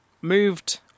moved